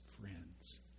friends